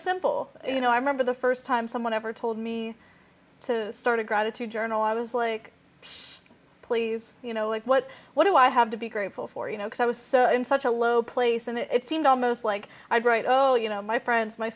simple you know i remember the first time someone ever told me to start a gratitude journal i was like please you know like what what do i have to be grateful for you know because i was so in such a low place and it seemed almost like i brought oh you know my friends my